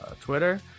twitter